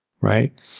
Right